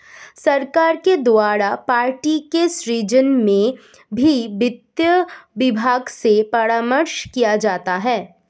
सरकार के द्वारा पदों के सृजन में भी वित्त विभाग से परामर्श किया जाता है